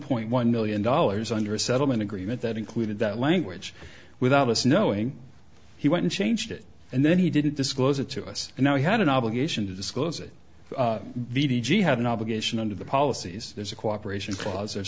point one million dollars under a settlement agreement that included that language without us knowing he went and changed it and then he didn't disclose it to us and now he had an obligation to disclose it d t g had an obligation under the policies there's a cooperation clause